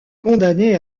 condamné